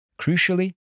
Crucially